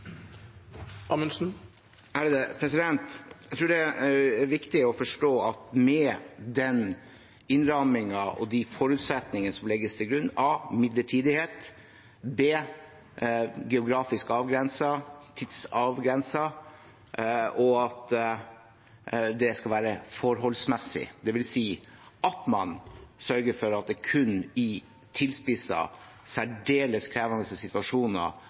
viktig å forstå at med den innrammingen og de forutsetningene som legges til grunn – A) midlertidighet, B) geografisk avgrensning, C) tidsavgrensning, og at det skal være forholdsmessig, dvs. at man sørger for at det kun er i tilspissede, særdeles krevende situasjoner